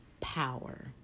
power